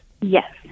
Yes